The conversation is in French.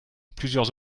plusieurs